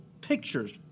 pictures